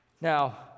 Now